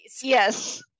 Yes